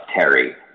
Terry